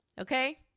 okay